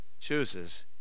chooses